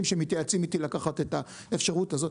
שמתייעצים איתי לקחת את האפשרות הזאת.